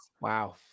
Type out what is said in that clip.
Wow